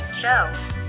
Show